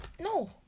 no